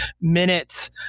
minutes